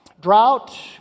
Drought